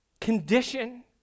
condition